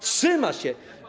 Trzyma się.